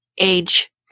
age